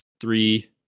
three